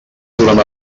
durant